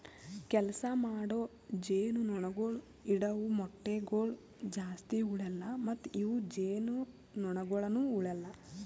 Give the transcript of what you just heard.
ಕೆಲಸ ಮಾಡೋ ಜೇನುನೊಣಗೊಳ್ ಇಡವು ಮೊಟ್ಟಗೊಳ್ ಜಾಸ್ತಿ ಉಳೆಲ್ಲ ಮತ್ತ ಇವು ಜೇನುನೊಣಗೊಳನು ಉಳೆಲ್ಲ